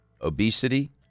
obesity